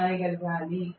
రాయగలగాలి